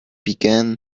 began